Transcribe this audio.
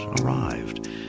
arrived